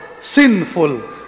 sinful